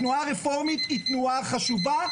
התנועה הרפורמית היא תנועה חשובה,